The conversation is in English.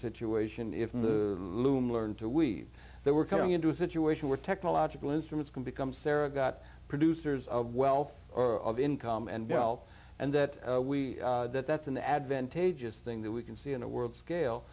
situation if the loom learned to weave they were coming into a situation where technological instruments can become sarah got producers of wealth or income and dell and that we that that's an advantageous thing that we can see in a world scale